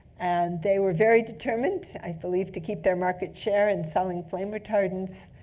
and they were very determined, i believe, to keep their market share in selling flame retardants.